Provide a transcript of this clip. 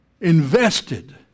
invested